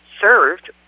served